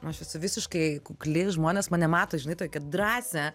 aš esu visiškai kukli žmonės mane mato žinai tokią drąsią